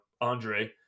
Andre